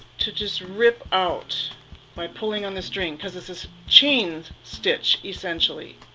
to just rip out by pulling on the string because this is chain stitch essentially.